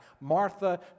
Martha